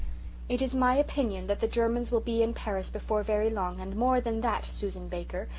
it is my opinion that the germans will be in paris before very long and more than that, susan baker,